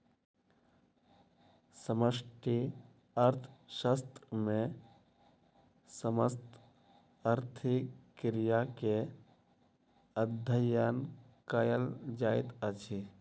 समष्टि अर्थशास्त्र मे समस्त आर्थिक क्रिया के अध्ययन कयल जाइत अछि